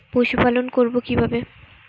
পশুপালন করব কিভাবে?